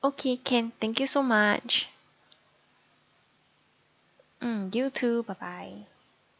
okay can thank you so much mm you too bye bye